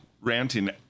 ranting